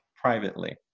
privately